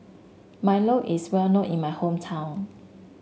Milo is well known in my hometown